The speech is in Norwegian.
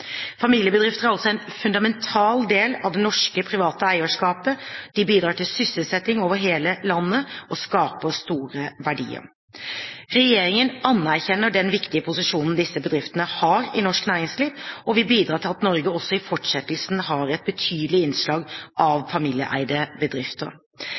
Familiebedrifter er altså en fundamental del av det norske private eierskapet. De bidrar til sysselsetting over hele landet og skaper store verdier. Regjeringen anerkjenner den viktige posisjonen disse bedriftene har i norsk næringsliv, og vil bidra til at Norge også i fortsettelsen har et betydelig innslag